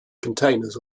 containers